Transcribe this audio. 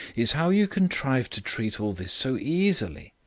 is how you contrive to treat all this so easily.